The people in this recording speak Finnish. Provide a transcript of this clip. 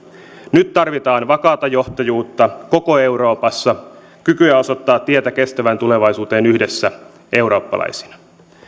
nyt tarvitaan vakaata johtajuutta koko euroopassa kykyä osoittaa tietä kestävään tulevaisuuteen yhdessä eurooppalaisina